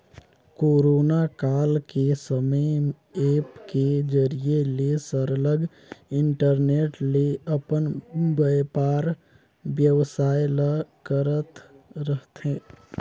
corona काल के समे ऐप के जरिए ले सरलग इंटरनेट ले अपन बयपार बेवसाय ल करत रहथें